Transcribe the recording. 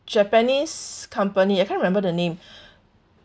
japanese company I can't remember the name